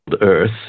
Earth